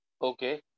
Okay